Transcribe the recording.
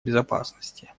безопасности